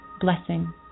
blessing